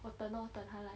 我等 lor 等它来